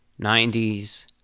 90s